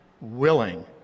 willing